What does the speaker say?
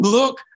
look